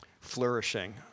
flourishing